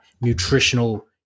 nutritional